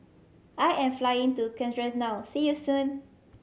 I am flying to Czechia now see you soon